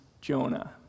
Jonah